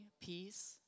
peace